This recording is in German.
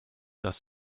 dass